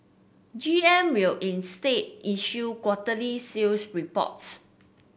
G M will instead issue quarterly sales reports